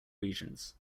regions